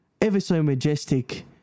ever-so-majestic